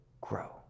grow